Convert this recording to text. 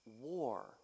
war